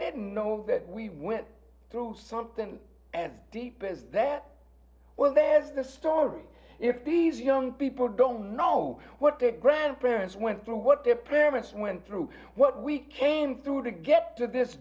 didn't know that we went through something and deep is that well that is the story if these young people don't know what their grandparents went through what their parents went through what we came through to get to this